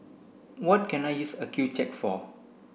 what can I use Accucheck for